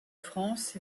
france